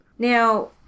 Now